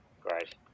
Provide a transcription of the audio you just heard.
Great